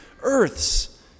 Earths